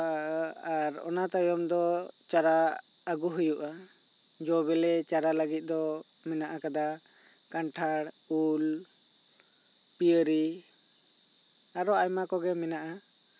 ᱟᱨ ᱚᱱᱟ ᱛᱟᱭᱚᱢ ᱪᱟᱨᱟ ᱟᱹᱜᱩ ᱦᱩᱭᱩᱜ ᱟ ᱡᱚ ᱵᱮᱞᱮ ᱪᱟᱨᱟ ᱠᱚ ᱢᱮᱱᱟᱜ ᱟ ᱟᱠᱟᱫᱟ ᱠᱟᱱᱴᱷᱟᱲ ᱩᱞ ᱯᱤᱭᱟᱨᱤ ᱟᱨᱚ ᱟᱭᱢᱟ ᱠᱚᱜᱮ ᱢᱮᱱᱟᱜᱼᱟ